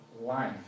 life